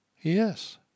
Yes